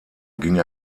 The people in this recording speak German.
ging